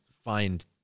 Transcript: find